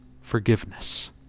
forgiveness